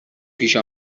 پیش